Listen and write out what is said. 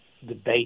debate